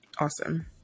Awesome